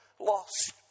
lost